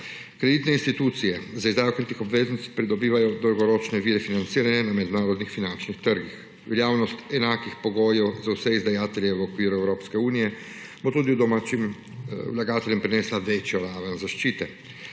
Kreditne institucije za izdajo kritih obveznic pridobivajo dolgoročne vire financiranja na mednarodnih finančnih trgih. Veljavnost enakih pogojev za vse izdajateljevo v okviru Evropske unije bo tudi domačim vlagateljem prinesla večjo raven zaščite.